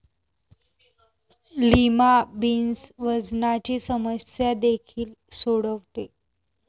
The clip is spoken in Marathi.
लिमा बीन्स वजनाची समस्या देखील सोडवते